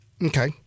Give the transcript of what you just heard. Okay